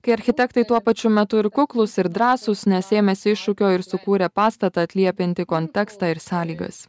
kai architektai tuo pačiu metu ir kuklūs ir drąsūs nes ėmėsi iššūkio ir sukūrė pastatą atliepiantį kontekstą ir sąlygas